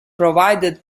provided